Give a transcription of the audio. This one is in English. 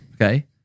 Okay